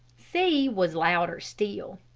c was louder still.